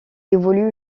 évolue